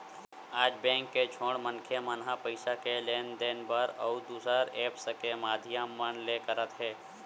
आज बेंक के छोड़ मनखे मन ह पइसा के लेन देन बर अउ दुसर ऐप्स के माधियम मन ले करत हे